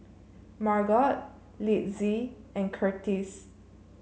Margot Litzy and Curtiss